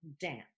dance